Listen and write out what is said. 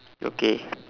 okay